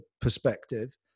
perspective